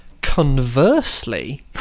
Conversely